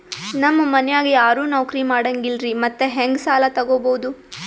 ನಮ್ ಮನ್ಯಾಗ ಯಾರೂ ನೌಕ್ರಿ ಮಾಡಂಗಿಲ್ಲ್ರಿ ಮತ್ತೆಹೆಂಗ ಸಾಲಾ ತೊಗೊಬೌದು?